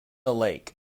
lake